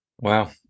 Wow